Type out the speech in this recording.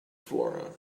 flora